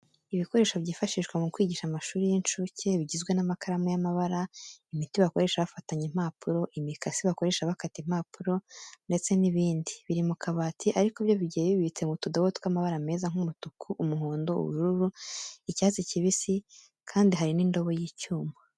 Ibikoresho byifashishwa mu kwigisha amashuri y'incuke bigizwe n'amakaramu y'amabara, imiti bakoresha bafatanya impapuro, imikasi bakoresha bakata impapuro ndetse n'ibindi. Biri mu kabati ariko byo bigiye bibitse mu tudobo tw'amabara meza nk'umutuku, umuhondo, ubururu, icyatsi kibisi kandi hari n'indobo y'icyuma.